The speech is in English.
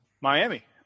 Miami